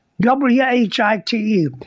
W-H-I-T-E